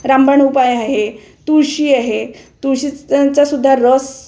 रामबाण उपाय आहे तुळशी आहे तुळशीचांसुद्धा रस